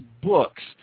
books